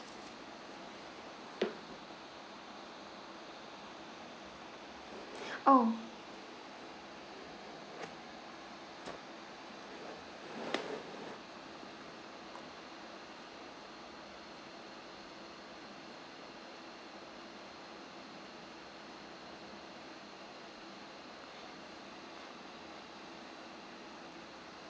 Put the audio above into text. oh